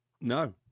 No